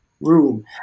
room